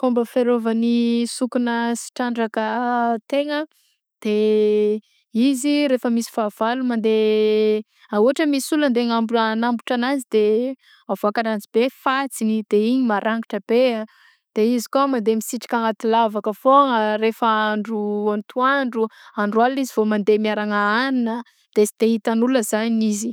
Fomba fiarovan'ny sokona sy trandraka tegna de izy rehefa misy fahavalo mandeha a- ôhatra misy olona andeha anambora- anambotra anazy de mivoaka ratsy be ny fantsigny de igny marangitra be, de izy kôa mandeha misitrika agnaty lavaka foagna rehefa andro atoandro; andro alina izy vao mandeha miaragna hanina de sy de itagn'olona zany izy.